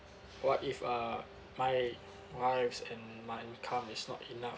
what if uh my wife's and my income is not enough